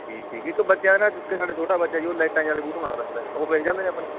ਠੀਕ ਜੀ ਇੱਕ ਬੱਚਿਆਂ ਨਾ ਸਾਡੇ ਛੋਟਾ ਬੱਚਾ ਜੀ ਉਹ ਲਾਈਟਾਂ ਜਿਹੇ ਵਾਲੇ ਬੂਟ ਮੰਗਦਾ ਹੁੰਦਾ ਉਹ ਮਿਲ ਜਾਂਦੇ ਨੇ ਆਪਣੇ